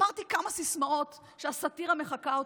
אמרתי כמה סיסמאות, הסאטירה מחקה אותי.